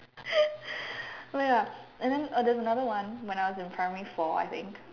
ya and then uh there's another one when I was in primary four I think